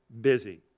busy